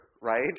right